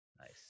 nice